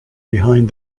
behind